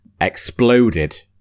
exploded